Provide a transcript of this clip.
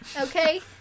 okay